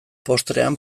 postrean